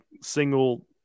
single